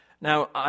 Now